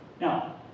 Now